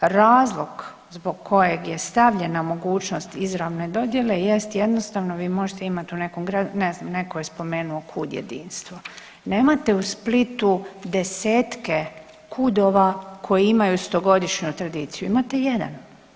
Razlog zbog kojeg je stavljena mogućnost izravne dodjele jest jednostavno vi možete imati u nekom gradu, ne znam netko je spomenuo KUD Jedinstvo, nemate u Splitu desetke KUD-ova koji imaju 100 godišnju tradiciju, imate jedan.